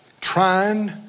trying